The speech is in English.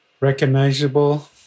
recognizable